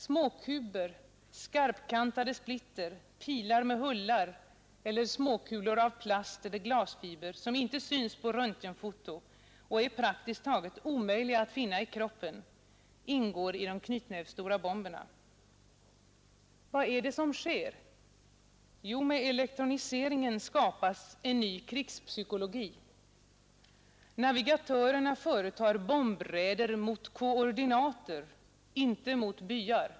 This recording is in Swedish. Småkuber, skarpkantade splitter, pilar med hullingar eller småkulor av plast eller glasfiber, som inte syns på röntgenfoto och är praktiskt taget omöjliga att finna i kroppen ingår i de knytnävstora bomberna. Vad är det som sker? Jo, med elektroniseringen skapas en ny krigspsykologi. Navigatörerna företar bombraider mot koordinater, inte mot byar.